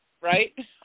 right